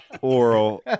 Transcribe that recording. oral